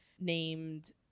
named